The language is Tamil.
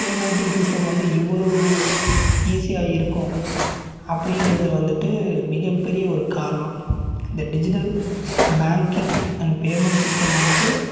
பேமெண்டிங் சிஸ்டம் வந்து இவ்வளவு ஈசியாக இருக்கும் அப்படிங்கிறது வந்துட்டு மிகப்பெரிய ஒரு காரணம் இந்த digital banking and payment system வந்துட்டு